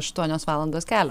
aštuonios valandos kelio